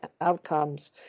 outcomes